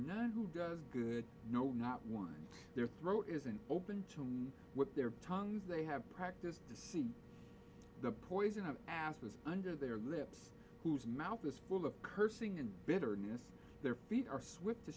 does good no not one their throat isn't open to me with their tongues they have practice to see the poison of asses under their lips whose mouth is full of cursing and bitterness their feet are swift to